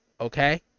Okay